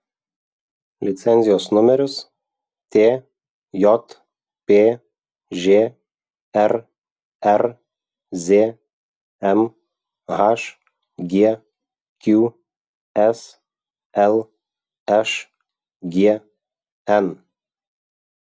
licenzijos numeris tjpž rrzm hgqs lšgn